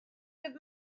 with